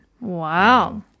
Wow